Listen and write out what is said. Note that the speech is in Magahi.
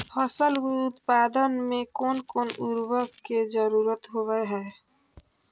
फसल उत्पादन में कोन कोन उर्वरक के जरुरत होवय हैय?